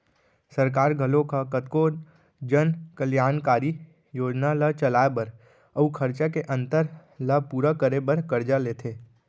सरकार घलोक ह कतको जन कल्यानकारी योजना ल चलाए बर अउ खरचा के अंतर ल पूरा करे बर करजा लेथे